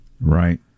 Right